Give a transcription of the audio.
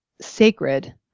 sacred